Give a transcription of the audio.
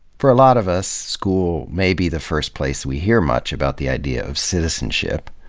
for a lot of us, school may be the first place we hear much about the idea of citizenship.